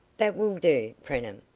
that will do, preenham.